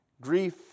Grief